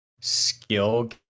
skill